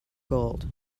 gold